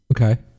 Okay